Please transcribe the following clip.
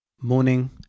Morning